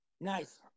Nice